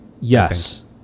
yes